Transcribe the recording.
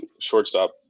shortstop